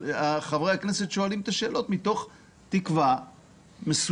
חברי הכנסת שואלים את השאלות מתוך תקווה מסוימת